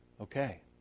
okay